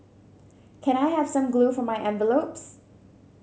can I have some glue for my envelopes